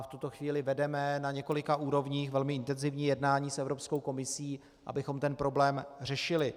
V tuto chvíli vedeme na několika úrovních velmi intenzivní jednání s Evropskou komisí, abychom problém řešili.